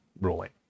ruling